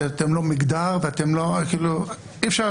אתם לא מגדר, אי-אפשר